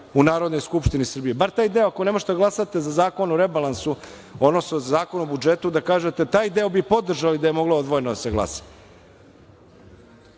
u Narodnoj skupštini Srbije, bar taj deo. Ako ne možete da glasate za Zakon o rebalansu, odnosno za Zakon o budžetu, da kažete - taj deo bi podržali da je moglo odvojeno da se glasa.